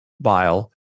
bile